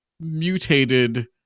mutated